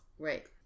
Right